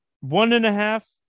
one-and-a-half